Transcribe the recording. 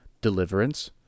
deliverance